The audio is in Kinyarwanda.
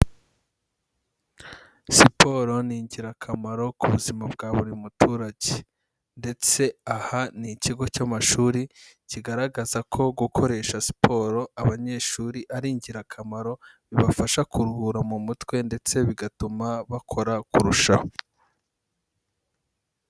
Siporo ni ingirakamaro ku buzima bwa buri muturage ndetse aha ni ikigo cy'amashuri kigaragaza ko gukoresha siporo abanyeshuri ari ingirakamaro, bibafasha kuruhura mu mutwe ndetse bigatuma bakora kurushaho.